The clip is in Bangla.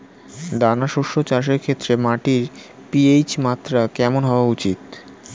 দানা শস্য চাষের ক্ষেত্রে মাটির পি.এইচ মাত্রা কেমন হওয়া উচিৎ?